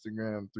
Instagram